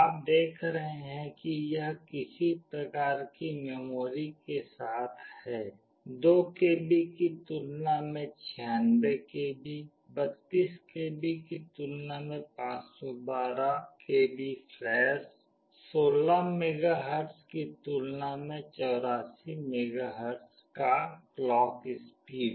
आप देख रहे हैं कि यह किसी प्रकार की मेमोरी के साथ है 2 KB की तुलना में 96 KB 32 KB की तुलना में 512 KB फ्लैश 16 मेगाहर्ट्ज़ की की तुलना में 84 मेगाहर्ट्ज़ का क्लॉक स्पीड